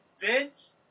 Vince